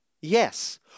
Yes